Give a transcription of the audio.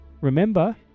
Remember